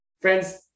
Friends